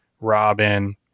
Robin